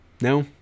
No